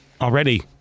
already